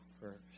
first